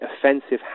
offensive